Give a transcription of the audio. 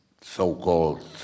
so-called